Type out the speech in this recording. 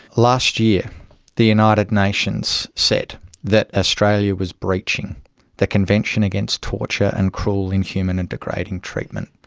last year the united nations said that australia was breaching the convention against torture and cruel, inhuman and degrading treatment.